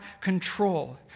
control